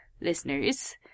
listeners